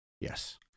Yes